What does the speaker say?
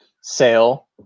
Sale